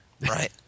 Right